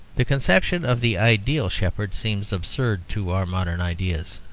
the conception of the ideal shepherd seems absurd to our modern ideas.